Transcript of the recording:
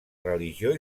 religió